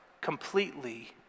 completely